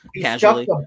casually